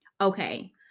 Okay